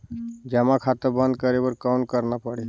जमा खाता बंद करे बर कौन करना पड़ही?